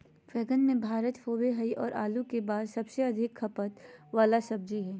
बैंगन भारत में होबो हइ और आलू के बाद सबसे अधिक खपत वाला सब्जी हइ